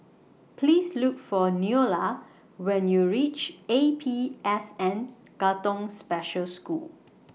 Please Look For Neola when YOU REACH A P S N Katong Special School